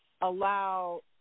allow